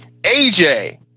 AJ